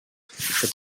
the